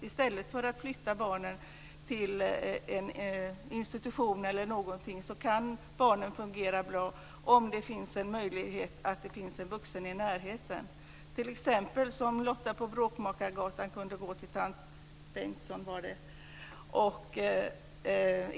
I stället för att flytta barnen till en institution eller liknande kan barnen fungera bra om det finns en vuxen i närheten. Lotta på Bråkmakargatan kunde t.ex. gå till tant Berg.